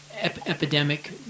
epidemic